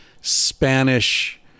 Spanish